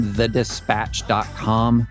thedispatch.com